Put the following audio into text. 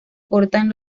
portan